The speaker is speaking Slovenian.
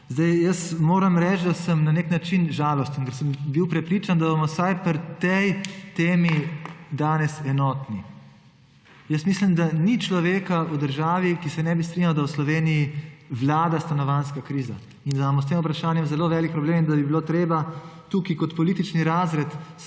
Vlade. Moram reči, da sem na nek način žalosten, ker sem bil prepričan, da bomo vsaj pri tej temi danes enotni. Mislim, da ni človeka v državi, ki se ne bi strinjal, da v Sloveniji vlada stanovanjska kriza in da imamo s tem vprašanjem zelo velik problem in da bi bilo treba tukaj kot politični razred